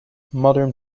modern